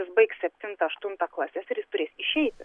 jis baigs septintą aštuntą klases ir jis turės išeiti